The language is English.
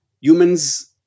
humans